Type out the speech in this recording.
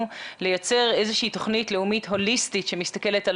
לייצר איזה שהיא תוכנית לאומית הוליסטית שמסתכלת על